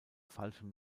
falschem